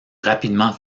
rapidement